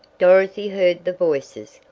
dorothy heard the voices.